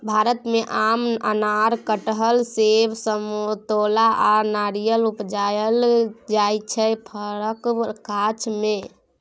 भारत मे आम, अनार, कटहर, सेब, समतोला आ नारियर उपजाएल जाइ छै फरक गाछ मे